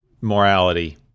morality